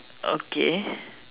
okay